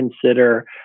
consider